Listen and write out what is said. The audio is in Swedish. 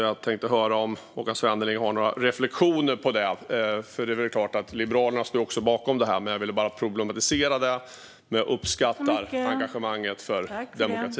Jag tänkte höra om Håkan Svenneling har några reflektioner om det. Det är klart att Liberalerna står bakom detta. Jag vill bara problematisera det, men jag uppskattar engagemanget för demokrati.